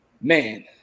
man